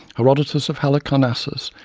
herodotus of halicarnassus,